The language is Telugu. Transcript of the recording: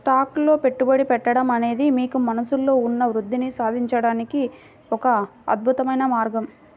స్టాక్స్ లో పెట్టుబడి పెట్టడం అనేది మీకు మనస్సులో ఉన్న వృద్ధిని సాధించడానికి ఒక అద్భుతమైన మార్గం